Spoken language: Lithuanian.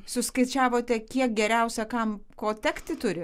suskaičiavote kiek geriausia kam ko tekti turi